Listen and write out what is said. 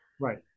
right